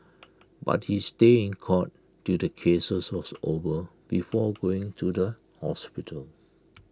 but he stayed in court till the case was over before going to the hospital